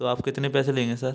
तो आप कितने पैसे लेंगे सर